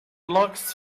logs